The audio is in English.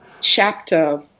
chapter